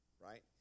right